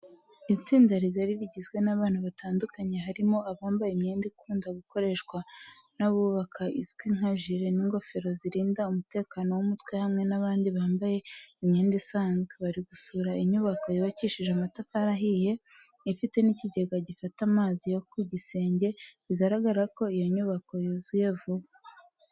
Itsinda rigari rigizwe n'abantu batandukanye harimo abambaye imyenda ikunda gukoreshwa n'abubaka izwi nka jire n'ingofero zirinda umutekano w'umutwe hamwe n'abandi bambaye imyenda isanzwe, bari gusura inyubako yubakishije amatafari ahiye, ifite n'ikigega gifata amazi yo ku gisenge bigaragara ko iyo nyubako yuzuye vuba.